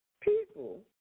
people